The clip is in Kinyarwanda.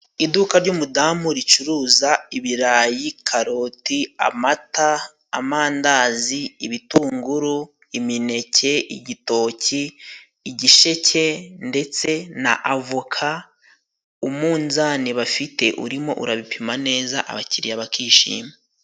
Iduka ry'umudamu ricuruza: ibirayi, karoti ,amata amandazi, ibitunguru ,imineke ,igitoki ,igisheke, ndetse n' avoka. Umunzani bafite urimo urabipima neza abakiriya bakishima.